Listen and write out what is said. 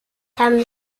tam